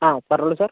ആ പറഞ്ഞോളൂ സർ